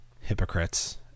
hypocrites